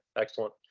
excellent